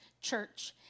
church